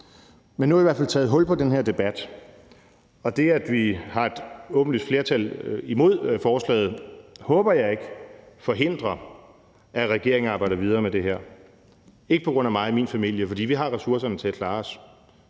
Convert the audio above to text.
Men nu har vi i hvert fald taget hul på den her debat. Og det, at vi har et åbenlyst flertal imod forslaget, håber jeg ikke forhindrer, at regeringen arbejder videre med det her – ikke på grund af mig og min familie, for vi har ressourcerne til at klare os.